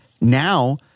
now